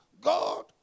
God